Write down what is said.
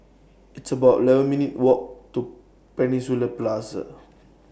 It's about eleven minutes' Walk to Peninsula Plaza